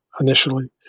initially